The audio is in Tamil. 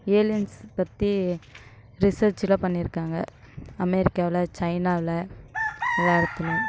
ஏலியன்ஸ் பற்றி ரிசர்ச்செலாம் பண்ணியிருக்காங்க அமெரிக்காவில் சைனாவில் எல்லா இடத்துலையும்